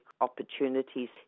opportunities